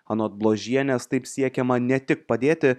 anot bložienės taip siekiama ne tik padėti